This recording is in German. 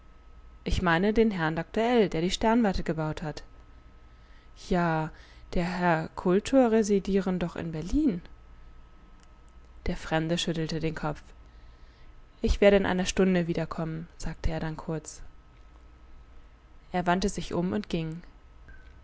ich meine den herrn dr ell der die sternwarte gebaut hat ja der herr kultor residieren doch in berlin der fremde schüttelte den kopf ich werde in einer stunde wiederkommen sagte er dann kurz er wandte sich um und ging